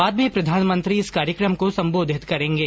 बाद में प्रधानमंत्री इस कार्यक्रम को संबोधित करेंगे